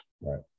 right